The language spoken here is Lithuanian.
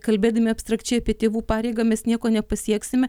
kalbėdami abstrakčiai apie tėvų pareigą mes nieko nepasieksime